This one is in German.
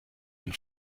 ein